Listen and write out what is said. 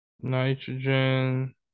nitrogen